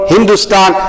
Hindustan